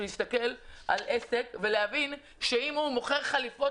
להסתכל על עסק ולהבין שאם הוא מוכר חליפות